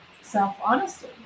self-honesty